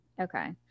Okay